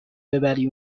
ببری